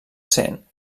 sent